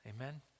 Amen